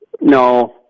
No